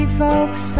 folks